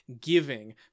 giving